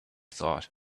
thought